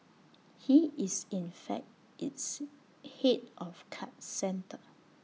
he is in fact its Head of card centre